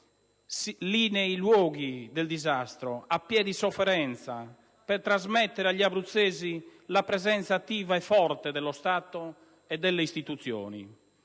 nei luoghi del disastro, a piè di sofferenza, per trasmettere agli abruzzesi la presenza attiva e forte dello Stato e delle istituzioni.